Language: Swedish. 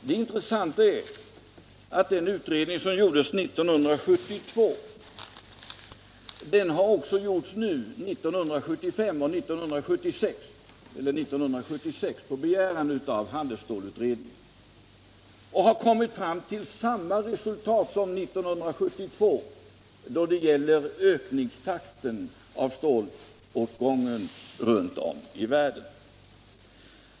Den första undersökningen gjordes 1972. En ny undersökning utfördes 1976 på begäran av handelsstålutredningen. Det intressanta är att undersökningarna kom fram till ungefärligen samma resultat vad beträffar ökningstakten i fråga om stålåtgången runt om i världen.